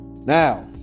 Now